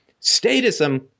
statism